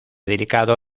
delicado